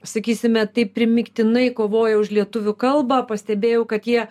sakysime taip primygtinai kovoja už lietuvių kalbą pastebėjau kad jie